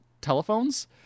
telephones